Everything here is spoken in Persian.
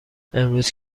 امروز